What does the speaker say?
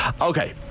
Okay